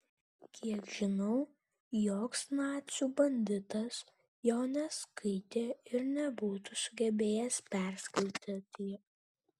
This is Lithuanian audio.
kiek žinau joks nacių banditas jo neskaitė ir nebūtų sugebėjęs perskaityti